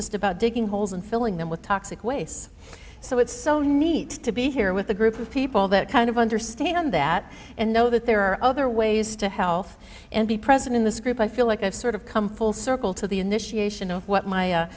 just about digging holes and filling them with toxic wastes so it's so neat to be here with a group of people that kind of understand that and know that there are other ways to health and be present in this group i feel like i've sort of come full circle to the initiation of what my